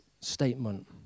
statement